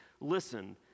listen